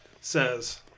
says